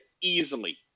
easily